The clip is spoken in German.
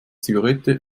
zigarette